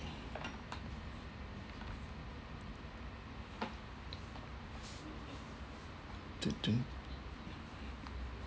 to to